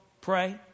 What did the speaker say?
pray